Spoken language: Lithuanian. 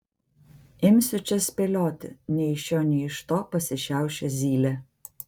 imsiu čia spėlioti nei iš šio nei iš to pasišiaušė zylė